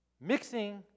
mixing